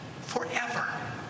forever